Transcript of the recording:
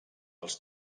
els